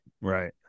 Right